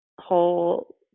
whole